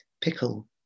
Pickle